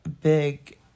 big